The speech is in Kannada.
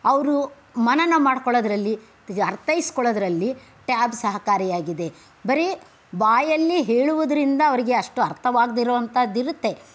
ಅವರು ಮನನ ಮಾಡ್ಕೊಳೋದ್ರಲ್ಲಿ ಅರ್ಥೈಸ್ಕೊಳ್ಳೋದ್ರಲ್ಲಿ ಟ್ಯಾಬ್ ಸಹಕಾರಿಯಾಗಿದೆ ಬರೀ ಬಾಯಲ್ಲಿ ಹೇಳುವುದರಿಂದ ಅವರಿಗೆ ಅಷ್ಟು ಅರ್ಥವಾಗದಿರುವಂಥದ್ದು ಇರುತ್ತೆ